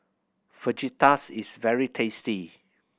fajitas is very tasty